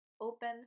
open